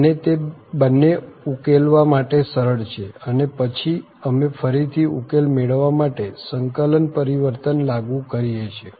અને તે બંને ઉકેલવા માટે સરળ છે અને પછી અમે ફરીથી ઉકેલ મેળવવા માટે સંકલન પરિવર્તન લાગુ કરીએ છીએ